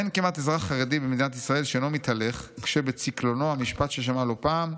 אין כמעט אזרח חרדי במדינת ישראל שלא מתהלך כשבצקלונו משפט ששמע לא פעם: